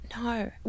No